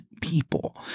people